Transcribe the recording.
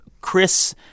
Chris